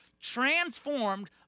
transformed